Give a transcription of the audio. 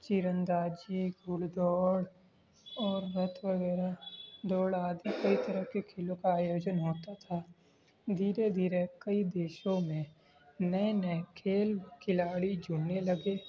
تیر اندازی گھڑ دوڑ اور بتھ وغیرہ دوڑ ہاتھی کئی طرح کے کھیلوں کا آیوجن ہوتا تھا دھیرے دھیرے کئی دیشوں میں نیے نیے کھیل کھلاڑی جڑنے لگے